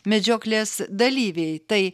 medžioklės dalyviai tai